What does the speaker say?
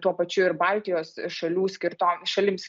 tuo pačiu ir baltijos šalių skirtom šalims